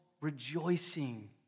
rejoicing